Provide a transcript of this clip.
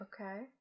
Okay